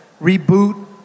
reboot